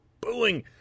booing